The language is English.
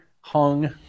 hung